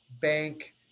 bank